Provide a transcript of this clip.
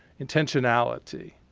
intentionality.